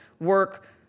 work